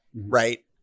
Right